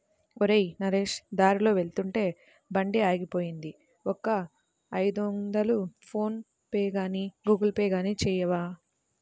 ఒరేయ్ నరేష్ దారిలో వెళ్తుంటే బండి ఆగిపోయింది ఒక ఐదొందలు ఫోన్ పేగానీ గూగుల్ పే గానీ చేయవా